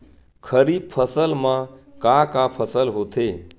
खरीफ फसल मा का का फसल होथे?